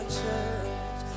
church